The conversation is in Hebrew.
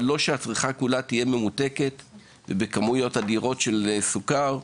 אבל לא שהצריכה תהיה כולה ממותקת ובכמויות אדירות של סוכר.